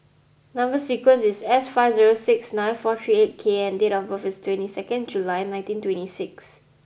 number sequence is S five zero six nine four three eight K and date of birth is twenty second July nineteen twenty six